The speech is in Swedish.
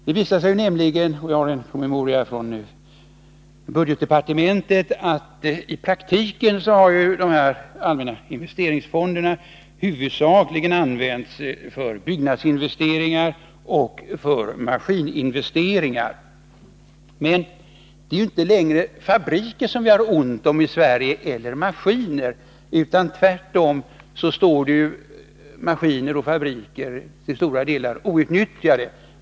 Det visar sig nämligen enligt en promemoria från budgetdepartementet att i praktiken har de allmänna investeringsfonderna huvudsakligen använts för byggnadsinvesteringar och för maskininvesteringar. Men det är ju inte längre fabriker eller maskiner som vi har ont om i Sverige — tvärtom står maskiner och fabriker till stora delar outnyttjade.